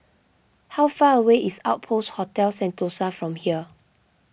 how far away is Outpost Hotel Sentosa from here